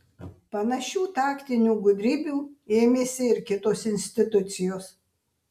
panašių taktinių gudrybių ėmėsi ir kitos institucijos